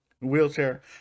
wheelchair